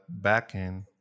backend